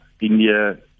India